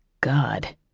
God